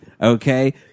Okay